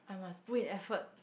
I must put in effort